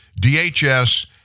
DHS